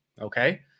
Okay